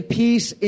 peace